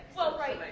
well, right.